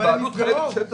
זה